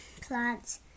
plants